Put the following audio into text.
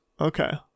okay